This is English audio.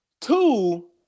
Two